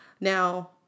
Now